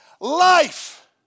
life